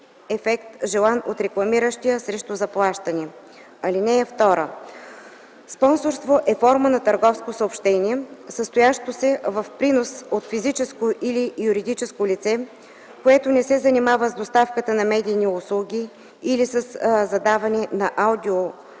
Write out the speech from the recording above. ефект, желан от рекламиращия срещу заплащане. (2) Спонсорство е форма на търговско съобщение, състоящо се в принос от физическо или юридическо лице, което не се занимава с доставката на медийни услуги или със създаване на аудио